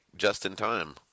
just-in-time